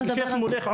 יושב מולך,